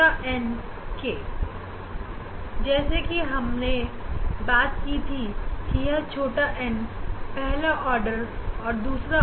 यहां ग्रेटिंग दिया गया है इस पर संख्या इंच में दिए में दी गई हम इस इंच को सेंटीमीटर में बदलने के लिए 25 से भाग कर देंगे